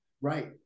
Right